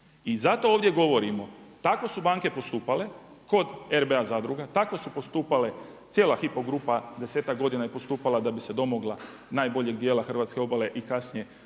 I zato ovdje govorimo tako su banke postupale kod RBA zadruga, tako su postupale cijela HYPO grupa desetak godina je postupala da bi se domogla najboljeg dijela hrvatske obale i kasnije